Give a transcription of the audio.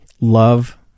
love